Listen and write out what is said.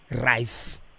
rife